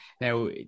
Now